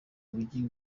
mujyi